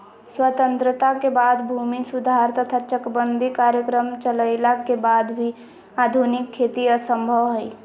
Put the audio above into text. स्वतंत्रता के बाद भूमि सुधार तथा चकबंदी कार्यक्रम चलइला के वाद भी आधुनिक खेती असंभव हई